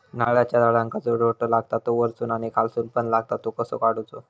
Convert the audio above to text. नारळाच्या झाडांका जो रोटो लागता तो वर्सून आणि खालसून पण लागता तो कसो काडूचो?